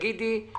תגידי לו